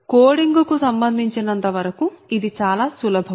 coding కు సంబంధించినంత వరకు ఇది చాలా సులభం